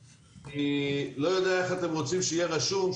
אני לא יודע איך אתם רוצים שיהיה רשום,